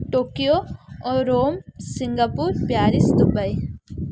Tokyo Rome Singapore Paris Dubai